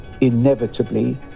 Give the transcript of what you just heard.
inevitably